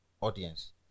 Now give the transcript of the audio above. audience